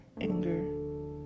anger